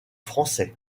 français